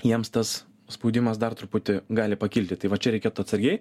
jiems tas spaudimas dar truputį gali pakilti tai va čia reikėtų atsargiai